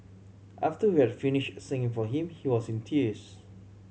after we had finished singing for him he was in tears